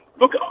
Look